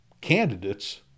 candidates